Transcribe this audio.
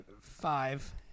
five